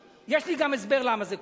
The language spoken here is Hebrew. יש לי גם הסבר למה זה קורה,